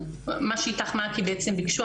מה ש"אית"ך-מעכי" בעצם ביקשו,